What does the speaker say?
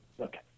Okay